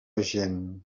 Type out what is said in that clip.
gent